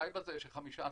די בזה ש-15%